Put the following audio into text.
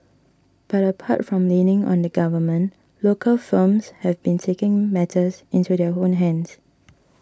but apart from leaning on the government local firms have been taking matters into their own hands